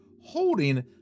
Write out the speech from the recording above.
holding